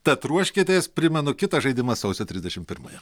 tad ruoškitės primenu kitas žaidimas sausio trisdešim pirmąją